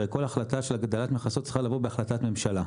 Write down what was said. הרי כל החלטה של הגדלת מכסות צריכה לבוא בהחלטת ממשלה.